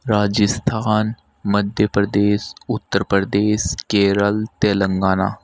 Rajasthan Madhya Pradesh Uttar Pradesh Kerala Telangana